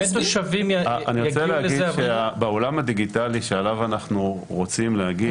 בעולם הדיגיטלי שעליו אנחנו מדברים,